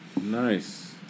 nice